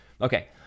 Okay